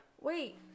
Wait